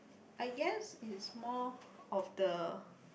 I guess is more of the